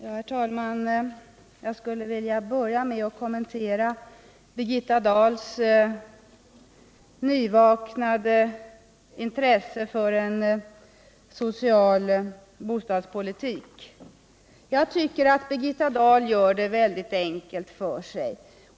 Herr talman! Jag skulle vilja börja med att kommentera Birgitta Dahls nyvaknade intresse för en social bostadspolitik. Jag tycker att Birgitta Dahl gör det väldigt enkelt för sig.